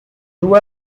grew